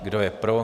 Kdo je pro?